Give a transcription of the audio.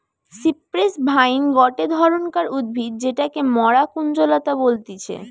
cypress vine গটে ধরণকার উদ্ভিদ যেটাকে মরা কুঞ্জলতা বলতিছে